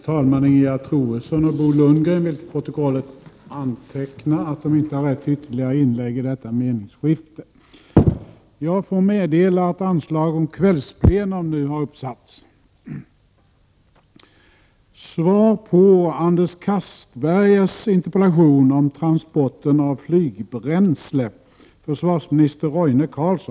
Jag får meddela att anslag nu har satts upp om att detta sammanträde skall fortsätta efter kl. 19.00.